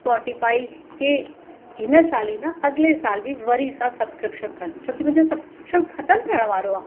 Spotify के हिन साल ई न अॻिले साल बि वरी सां सबस्क्रिपिशन कर छो कि मुंहिंजो सबस्क्रिपिशन ख़तमु थियण वारो आहे